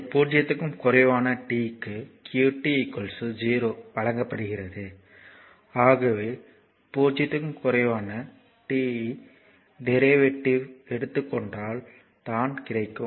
இது 0 க்கும் குறைவான t க்கு qt 0 வழங்கப்படுகிறது ஆகவே இது 0 க்கும் குறைவான t க்கு டிரைவ்யேட்டிவ் ஐ எடுத்துக் கொண்டால் தான் கிடைக்கும்